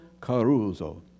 Caruso